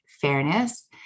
fairness